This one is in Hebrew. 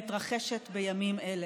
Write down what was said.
המתרחשת בימים אלה,